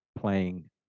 playing